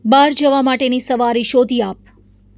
બહાર જવા માટેની સવારી શોધી આપ